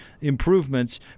improvements